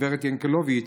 הגברת ינקלביץ',